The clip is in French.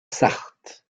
sarthe